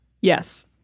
Yes